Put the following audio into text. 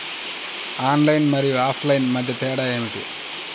Online మరియు offline మధ్య తేడా ఏమిటీ?